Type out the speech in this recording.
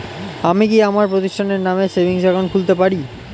আমি কি আমার প্রতিষ্ঠানের নামে সেভিংস একাউন্ট খুলতে পারি?